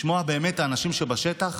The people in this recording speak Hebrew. לשמוע באמת את האנשים שבשטח,